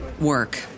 work